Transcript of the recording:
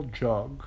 jug